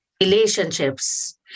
relationships